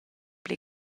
pli